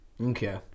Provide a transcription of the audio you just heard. Okay